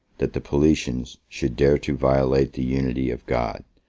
that the paulicians should dare to violate the unity of god,